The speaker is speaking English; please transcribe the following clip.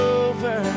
over